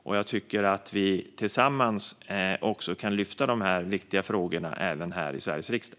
Och jag tycker att vi tillsammans kan lyfta fram de här viktiga frågorna även här i Sveriges riksdag.